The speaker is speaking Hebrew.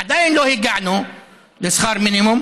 עדיין לא הגענו לשכר מינימום,